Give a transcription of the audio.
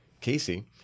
Casey